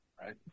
right